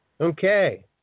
Okay